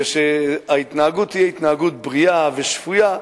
וההתנהגות תהיה התנהגות בריאה ושפויה.